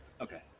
okay